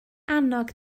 annog